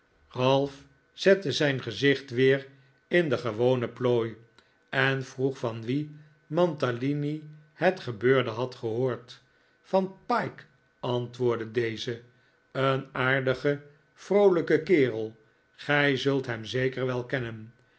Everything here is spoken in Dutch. zette zijn gezicht weer in de gewone plooi en vroeg van wien mantalini het gebeurde had gehoord van pyke antwoordde deze een aardige vroolijke kerel gij zult hem zeker wel kennen